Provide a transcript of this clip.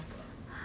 his bunk is all